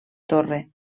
torre